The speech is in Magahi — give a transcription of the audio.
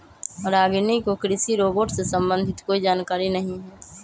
रागिनी को कृषि रोबोट से संबंधित कोई जानकारी नहीं है